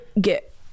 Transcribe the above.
get